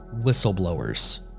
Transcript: whistleblowers